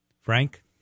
Frank